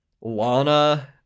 Lana